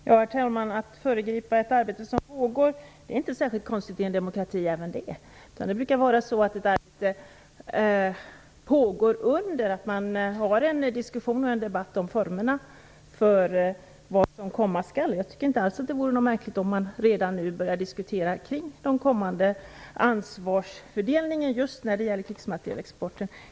Herr talman! Att föregripa ett arbete som pågår är inte särskilt konstigt i en demokrati. Det brukar vara så, att ett arbete pågår samtidigt som man för en diskussion och debatt om formerna för vad som komma skall. Jag tycker inte alls att det vore märkligt om man redan nu började diskutera kring den kommande ansvarsfördelningen just när det gäller krigsmaterielexporten.